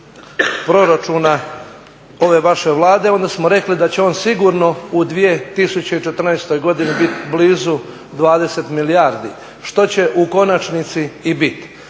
proračuna ove vaše Vlade onda smo rekli da će on sigurno u 2014. godini biti blizu 20 milijardi. Što će u konačnici i biti.